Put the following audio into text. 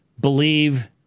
believe